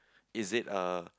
is it a